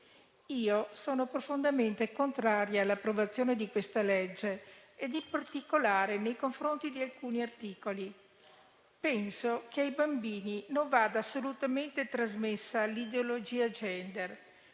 sono profondamente contraria all'approvazione di questo disegno di legge, in particolare nei confronti di alcuni articoli. Penso che ai bambini non debba assolutamente essere trasmessa l'ideologia *gender*;